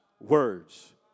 words